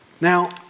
Now